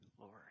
Lord